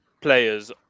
players